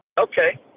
Okay